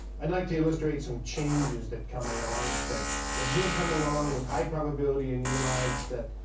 i'd like to illustrate some changes that come along, that that will come along with high probability in your lives, that